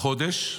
חודש ומילה.